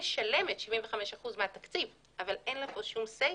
משלמת 75% מהתקציב אבל אין לה פה שום אמירה.